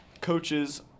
coaches